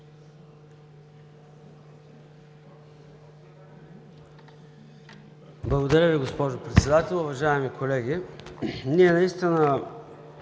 Благодаря Ви, госпожо Председател. Уважаеми колеги! Ние наистина